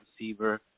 receiver